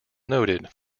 noted